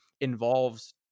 involves